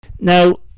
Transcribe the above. now